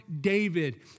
David